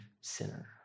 sinner